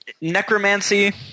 necromancy